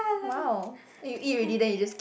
!wow! then you eat already then you just k~